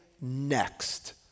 next